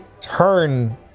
turn